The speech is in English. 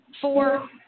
Four